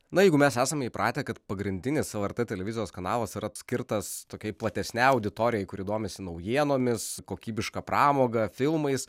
na jeigu mes esame įpratę kad pagrindinis lrt televizijos kanalas yra skirtas tokiai platesnei auditorijai kuri domisi naujienomis kokybiška pramoga filmais